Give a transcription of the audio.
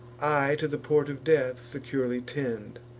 i to the port of death securely tend.